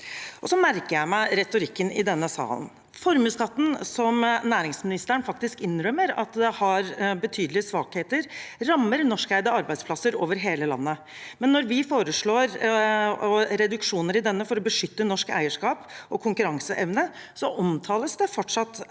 jeg meg retorikken i denne salen: Formuesskatten, som næringsministeren faktisk innrømmer har betydelige svakheter, rammer norskeide arbeidsplasser over hele landet. Likevel, når vi foreslår reduksjoner i denne for å beskytte norsk eierskap og konkurranseevne, omtales det fortsatt